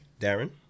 Darren